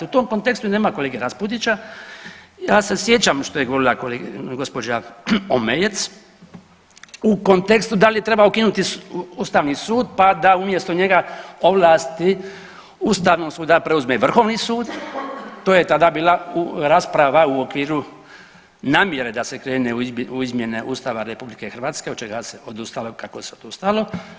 U tom kontekstu i nema kolege Raspudića, ja se sjećam što je govorila gospođa Omejec u kontekstu da li treba ukinuti Ustavni sud pa da umjesto njega ovlasti Ustavnog suda preuzme Vrhovni sud to je tada bila rasprava u okviru namjere da se krene u izmjene Ustava RH od čega se odustalo kako se odustalo.